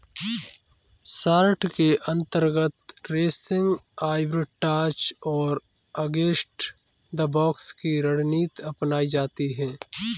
short के अंतर्गत racing arbitrage और अगेंस्ट द बॉक्स की रणनीति अपनाई जाती है